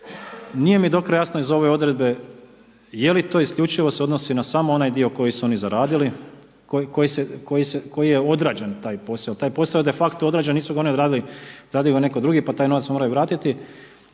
Nije mi do kraja jasno iz ove odredbe, je li to isključivo se odnosi na samo onaj dio koji su oni zaradili, koji je odrađen taj posao. Jer taj posao je de facto odrađen, nisu ga oni odradili, odradio ga je netko drugi, pa taj novac moraju vratiti